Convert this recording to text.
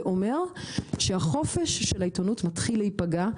זה אומר שהחופש של העיתונות מתחיל להיפגע,